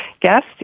guest